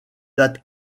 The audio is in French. date